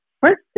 First